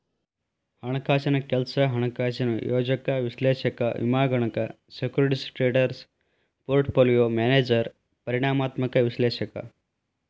ಹಣಕಾಸಿನ್ ಕೆಲ್ಸ ಹಣಕಾಸಿನ ಯೋಜಕ ವಿಶ್ಲೇಷಕ ವಿಮಾಗಣಕ ಸೆಕ್ಯೂರಿಟೇಸ್ ಟ್ರೇಡರ್ ಪೋರ್ಟ್ಪೋಲಿಯೋ ಮ್ಯಾನೇಜರ್ ಪರಿಮಾಣಾತ್ಮಕ ವಿಶ್ಲೇಷಕ